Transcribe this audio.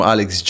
Alex